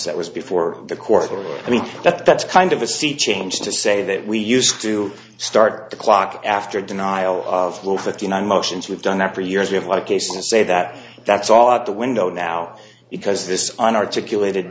that was before the court or i mean that that's kind of a sea change to say that we used to start the clock after denial of little fifty nine motions we've done that for years we have a lot of cases say that that's all out the window now because this is an articulated